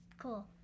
Cool